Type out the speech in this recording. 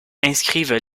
inscrivent